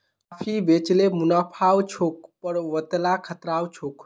काफी बेच ल मुनाफा छोक पर वतेला खतराओ छोक